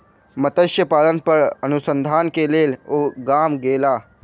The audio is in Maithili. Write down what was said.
मत्स्य पालन पर अनुसंधान के लेल ओ गाम गेला